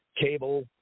cable